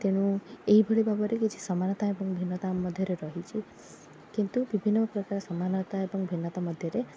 ତେଣୁ ଏହିଭଳି ଭାବରେ କିଛି ସମାନତା ଏବଂ ଭିନ୍ନତା ଆମ ମଧ୍ୟରେ ରହିଚି କିନ୍ତୁ ବିଭିନ୍ନପ୍ରକାର ସମାନତା ଏବଂ ଭିନ୍ନତା ମଧ୍ୟରେ